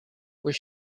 was